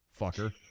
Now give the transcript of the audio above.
fucker